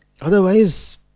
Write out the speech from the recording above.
Otherwise